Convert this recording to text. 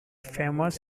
famous